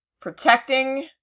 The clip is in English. protecting